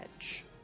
edge